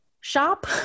shop